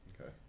Okay